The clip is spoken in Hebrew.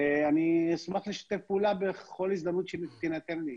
ואני אשמח לשתף פעולה בכל הזדמנות שתינתן לי.